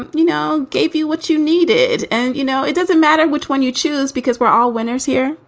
and you know, gave you what you needed and, you know, it doesn't matter which one you choose because we're all winners here